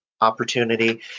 opportunity